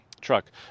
truck